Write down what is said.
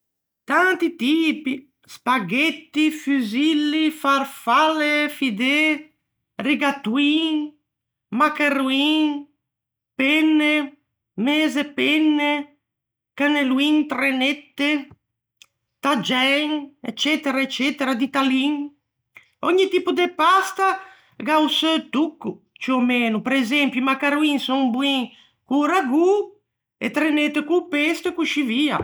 Tanti tipi: spaghetti, fusilli, farfalle, fidê, rigatoin, maccaroin, penne, meze penne, cannelloin, trenette, taggiæn, eccetera eccetera. Ditalin. Ògni tipo de pasta gh'à o seu tocco, ciù ò meno, presempio i maccaroin son boin co-o ragù, e trenette co-o pesto, e coscì via.